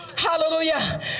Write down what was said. Hallelujah